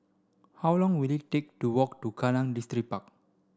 how long will it take to walk to Kallang Distripark